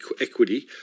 equity